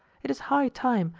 it is high time,